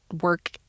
work